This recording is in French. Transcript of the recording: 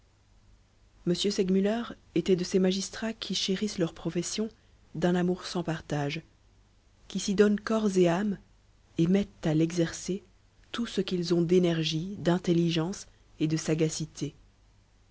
m segmuller était de ces magistrats qui chérissent leur profession d'un amour sans partage qui s'y donnent corps et âme et mettent à l'exercer tout ce qu'ils ont d'énergie d'intelligence et de sagacité